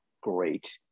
great